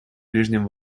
ближнем